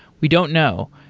we don't know,